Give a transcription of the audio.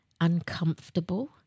Uncomfortable